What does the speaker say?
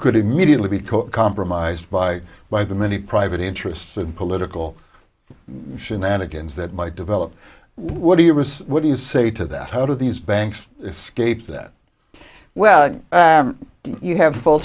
could immediately be compromised by by the many private interests and political shenanigans that might develop what do you what do you say to that how do these banks escape that well you have full